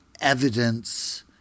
evidence